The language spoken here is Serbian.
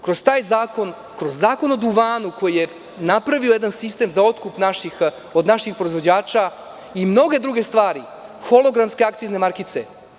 Kroz taj zakon, kroz Zakon o duvanu koji je napravio jedan sistem za otkup od naših proizvođača i mnoge druge stvari kao što su hologramske akcizne markice.